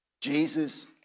Jesus